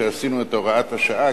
שעשינו את הוראת השעה,